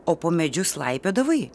o po medžius laipiodavai